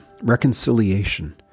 reconciliation